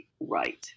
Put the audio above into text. right